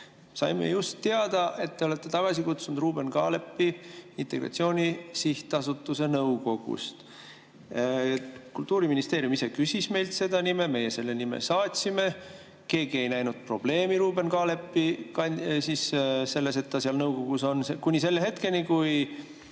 Saime just teada, et te olete tagasi kutsunud Ruuben Kaalepi Integratsiooni Sihtasutuse nõukogust. Kultuuriministeerium ise küsis meilt seda nime, meie selle nime saatsime. Keegi ei näinud probleemi, et Ruuben Kaalep selles nõukogus on, kuni selle hetkeni, kui